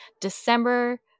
December